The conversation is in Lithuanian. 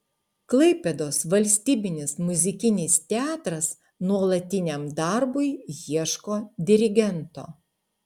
klaipėdos valstybinis muzikinis teatras nuolatiniam darbui ieško dirigento